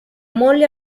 molle